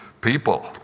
people